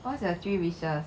what's there are three wishes